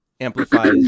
amplifies